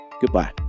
goodbye